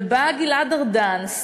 ובא גלעד ארדן,